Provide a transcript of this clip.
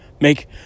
make